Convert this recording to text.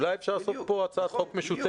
אולי אפשר לעשות פה הצעת חוק משותפת.